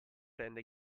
rende